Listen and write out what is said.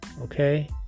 okay